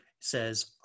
says